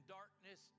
darkness